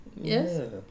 Yes